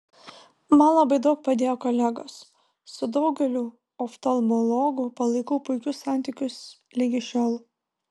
man labai daug padėjo kolegos su daugeliu oftalmologų palaikau puikius santykius ligi šiol